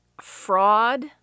fraud